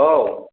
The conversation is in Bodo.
औ